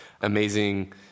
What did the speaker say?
amazing